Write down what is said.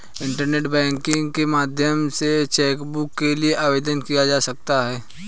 internet banking के माध्यम से चैकबुक के लिए आवेदन दिया जा सकता है